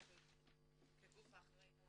אנחנו הגוף האחראי על